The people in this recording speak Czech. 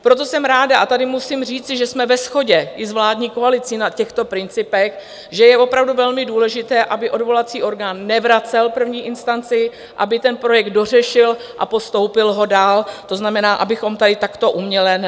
Proto jsem ráda a tady musím říci, že jsme ve shodě i s vládní koalicí na těchto principech že je opravdu velmi důležité, aby odvolací orgán nevracel první instanci, aby ten projekt dořešil a postoupil ho dál, to znamená, abychom tady takto uměle nenatahovali lhůtu.